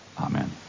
Amen